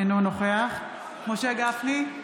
אינו נוכח משה גפני,